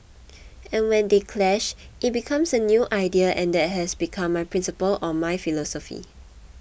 and when they clash it becomes a new idea and that has become my principle or my philosophy